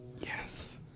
Yes